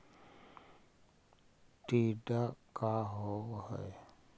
टीडा का होव हैं?